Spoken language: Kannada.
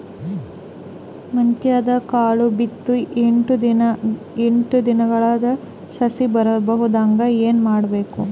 ಮೆಂತ್ಯದ ಕಾಳು ಬಿತ್ತಿ ಎಂಟು ದಿನದಾಗ ಸಸಿ ಬರಹಂಗ ಏನ ಮಾಡಬೇಕು?